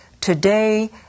Today